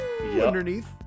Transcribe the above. underneath